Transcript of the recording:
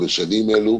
בשנים אלה.